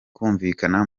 kumvikana